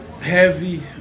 heavy